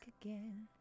again